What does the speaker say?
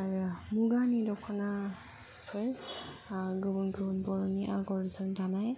आरो मुगानि दख'नाफोर गुबुन गुबुन बर'नि आगरजों दानाय